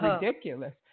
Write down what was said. ridiculous